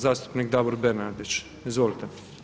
Zastupnik Davor Bernardić, izvolite.